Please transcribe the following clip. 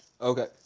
Okay